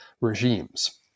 regimes